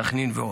סח'נין ועוד.